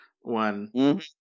one